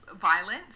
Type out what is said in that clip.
Violence